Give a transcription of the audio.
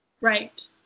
Right